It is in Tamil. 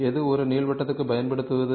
எது ஒரு நீள்வட்டத்திற்கு பயன்படுத்துவது